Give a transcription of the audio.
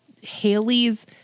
Haley's